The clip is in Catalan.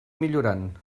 millorant